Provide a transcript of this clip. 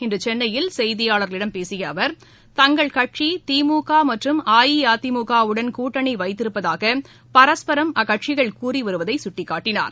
இன்று சென்னையில் செய்தியாளர்களிடம் பேசிய அவர் தங்கள் கட்சி திமுக மற்றும் அஇஅதிமுகவுடன் கூட்டணி வைத்திருப்பதாக பரஸ்பரம் அக்கட்சிகள் கூறிவருவதை சுட்டிக்காட்டினார்